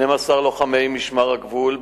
12 לוחמי משמר הגבול,